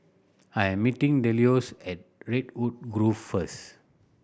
I am meeting Delois at Redwood Grove first